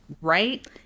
right